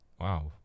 Wow